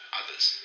others